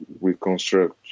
reconstruct